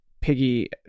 Piggy